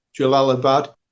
Jalalabad